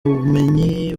ubumenyi